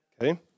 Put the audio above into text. okay